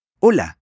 Hola